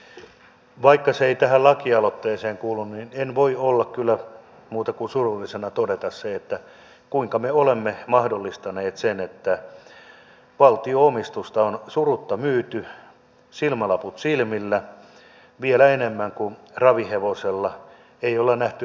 eli vaikka se ei tähän lakialoitteeseen kuulu niin en voi kyllä muuta kuin surullisena todeta sen kuinka me olemme mahdollistaneet sen että valtio omistusta on surutta myyty silmälaput silmillä vielä enemmän kuin ravihevosella ei ole nähty edes eteenpäin